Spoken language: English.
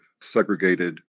segregated